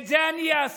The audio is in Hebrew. את זה אני אעשה,